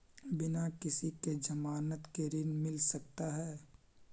बिना किसी के ज़मानत के ऋण मिल सकता है?